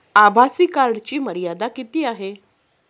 आभासी कार्डची मर्यादा किती आहे?